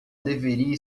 deveria